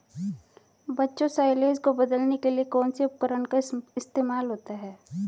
बच्चों साइलेज को बदलने के लिए कौन से उपकरण का इस्तेमाल होता है?